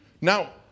Now